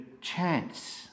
chance